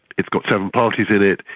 it's got seven parties in it,